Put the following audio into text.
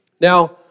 Now